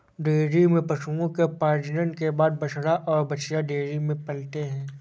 dairy में पशुओं के प्रजनन के बाद बछड़ा और बाछियाँ डेयरी में पलते हैं